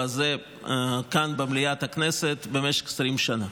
הזה כאן במליאת הכנסת במשך 20 שנה,